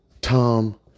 Tom